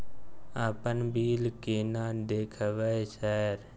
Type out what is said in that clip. अपन बिल केना देखबय सर?